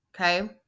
okay